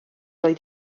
oedd